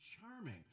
Charming